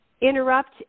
interrupt